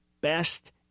best